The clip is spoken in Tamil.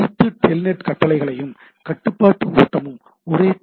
அனைத்து டெல்நெட் கட்டளைகளும் கட்டுப்பாட்டு ஓட்டமும் ஒரே டி